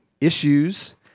issues